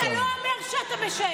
אתה לא אומר שאתה משער.